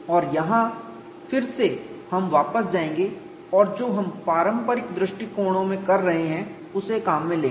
और यहां फिर से हम वापस जाएंगे और जो हम पारंपरिक डिजाइन दृष्टिकोणों में कर रहे हैंउसे काम में लेंगे